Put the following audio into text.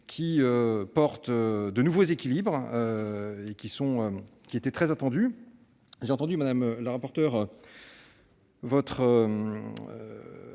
porte de nouveaux équilibres très attendus. J'ai entendu, madame la rapporteure, votre